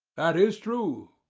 that is true,